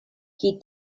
qui